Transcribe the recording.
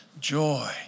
joy